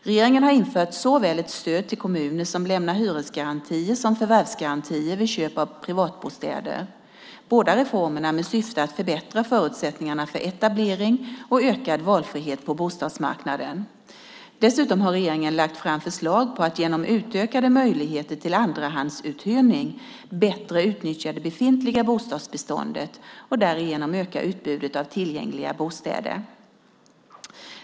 Regeringen har infört såväl ett stöd till kommuner som lämnar hyresgarantier som förvärvsgarantier vid köp av privatbostäder - båda reformerna med syfte att förbättra förutsättningarna för etablering och ökad valfrihet på bostadsmarknaden. Dessutom har regeringen lagt fram förslag på att genom utökade möjligheter till andrahandsuthyrning bättre utnyttja det befintliga bostadsbeståndet och därigenom öka utbudet av tillgängliga bostäder.